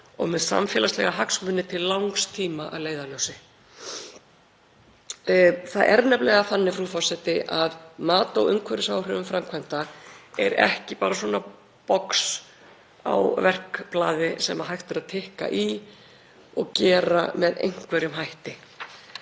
og með samfélagslega hagsmuni til langs tíma að leiðarljósi. Það er nefnilega þannig að mat á umhverfisáhrifum framkvæmda er ekki bara reitur á verkblaði sem hægt er að haka í og gera með einhverjum hætti.